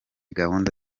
gahunda